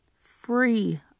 free